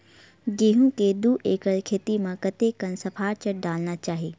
गेहूं के दू एकड़ खेती म कतेकन सफाचट डालना चाहि?